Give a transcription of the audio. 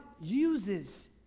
uses